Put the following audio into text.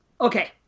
Okay